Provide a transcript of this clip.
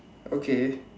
okay